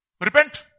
repent